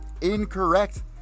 Incorrect